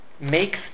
makes